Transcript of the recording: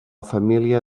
família